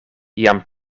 jam